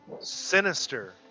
sinister